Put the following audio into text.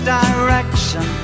direction